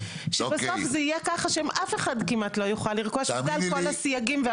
שבסוף זה יהיה ככה שאף אחד כמעט לא יוכל לרכוש בגלל כל הסייגים בחוק.